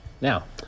Now